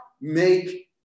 make